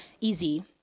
easy